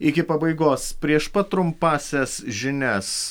iki pabaigos prieš pat trumpąsias žinias